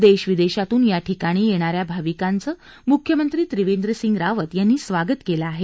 देश विदेशातून या ठिकाणी येणाऱ्या भाविकांचं मुख्यमंत्री त्रिवेंद्र सिंग रावत यांनी स्वागत केलं आहे